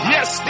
Yes